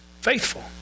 faithful